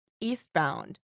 eastbound